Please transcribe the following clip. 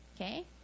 okay